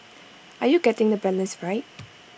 are you getting the balance right